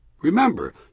Remember